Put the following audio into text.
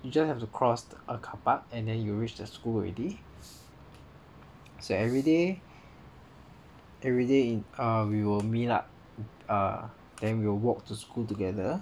you just have to cross a carpark and then you will reach the school already say everyday everyday in ah we will meet up err then we will walk to school together